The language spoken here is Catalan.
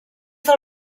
del